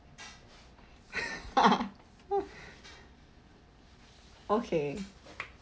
okay